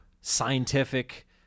scientific